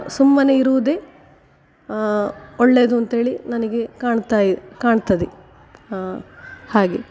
ಸುಮ್ಮನೆ ಇರುವುದೇ ಒಳ್ಳೆಯದು ಅಂತ ಹೇಳಿ ನನಗೆ ಕಾಣ್ತಾ ಇ ಕಾಣ್ತದೆ ಹಾಗೆ